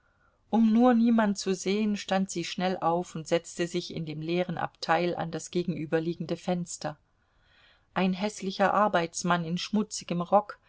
um nur niemand zu sehen stand sie schnell auf und setzte sich in dem leeren abteil an das gegenüberliegende fenster ein häßlicher arbeitsmann in schmutzigem rock